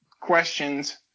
questions